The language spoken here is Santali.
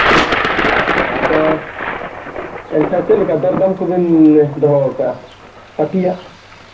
ᱟᱪᱪᱷᱟ ᱟᱫᱚ ᱮᱱᱠᱷᱟᱡ ᱪᱮᱫ ᱞᱮᱠᱟ ᱫᱚᱨᱫᱟᱢ ᱠᱚᱵᱤᱱ ᱫᱚᱦᱚ ᱟᱠᱟᱫᱼᱟ ᱯᱟᱹᱴᱷᱤᱭᱟᱜ